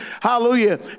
hallelujah